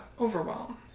overwhelm